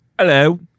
hello